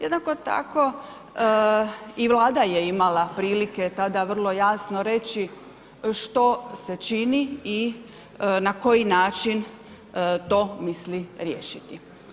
Jednako tako, i Vlada je imala prilike tada vrlo jasno reći što se čini i na koji način to misli riješiti.